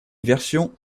version